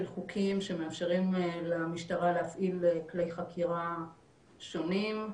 חוקים שמאפשרים למשטרה להפעיל כלי חקירה שונים,